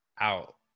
out